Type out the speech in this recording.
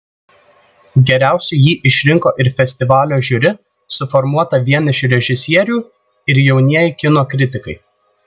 geriausiu jį išrinko ir festivalio žiuri suformuota vien iš režisierių ir jaunieji kino kritikai